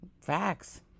Facts